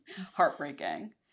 heartbreaking